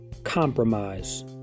Compromise